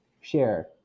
share